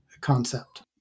concept